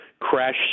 Crash